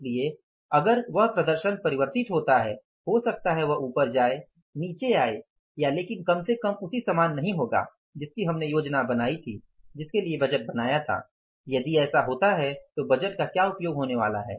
इसलिए अगर वह प्रदर्शन परिवर्तित होता है हो सकता है वह ऊपर जाए नीचे आए या लेकिन कम से कम उसी समान नहीं होगा जिसकी हमने योजना बनाई थी जिसकी लिए बजट बनाया था यदि ऐसा होता है तो बजट का क्या उपयोग होने वाला है